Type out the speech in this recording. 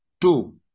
Two